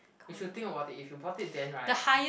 you should think about that if you bought it then right